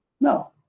No